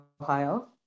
Ohio